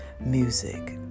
Music